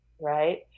right